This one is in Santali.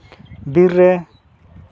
ᱵᱤᱨ ᱨᱮ